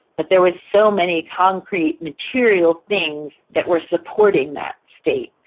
but there were so many concrete material things that were supporting that state.